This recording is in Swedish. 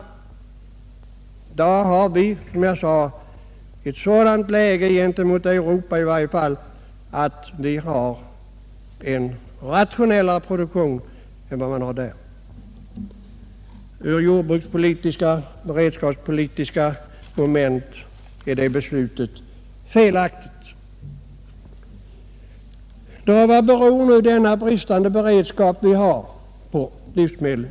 I dag har vi, som jag sade, en rationellare produktion än man har i övriga länder i Europa. Vad beror nu denna bristande beredskap i fråga om livsmedel på?